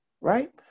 right